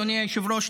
אדוני היושב-ראש,